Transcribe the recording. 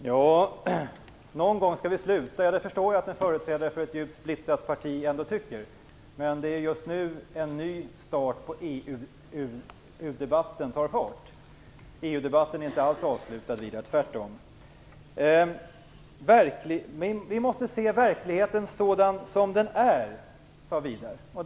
Herr talman! Någon gång måste vi sluta, sade Widar Andersson. Jag förstår att en företrädare för ett djupt splittrat parti tycker det. Men nu tar EU debatten fart igen och får en ny start. EU-debatten är inte alls avslutad, Widar Andersson - tvärtom. Vi måste se verkligheten sådan som den är, sade Widar Andersson.